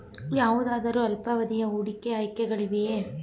ಯಾವುದಾದರು ಅಲ್ಪಾವಧಿಯ ಹೂಡಿಕೆ ಆಯ್ಕೆಗಳಿವೆಯೇ?